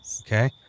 okay